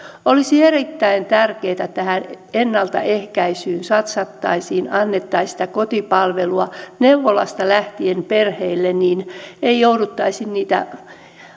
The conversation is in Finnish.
olisi erittäin tärkeätä että tähän ennaltaehkäisyyn satsattaisiin annettaisiin sitä kotipalvelua neuvolasta lähtien perheille niin ettei jouduttaisi niitä